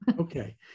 Okay